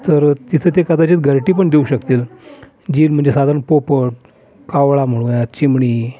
तर तिथं ते कदाचित घरटी पण देऊ शकतील जी म्हणजे साधारण पोपट कावळा म्हणूयात चिमणी